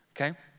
Okay